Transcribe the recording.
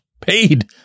paid